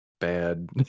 bad